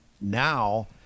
now